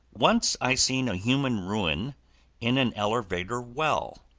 once i seen a human ruin in an elevator-well,